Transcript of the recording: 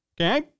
Okay